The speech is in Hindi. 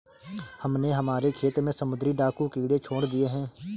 हमने हमारे खेत में समुद्री डाकू कीड़े छोड़ दिए हैं